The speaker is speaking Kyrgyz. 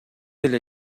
эле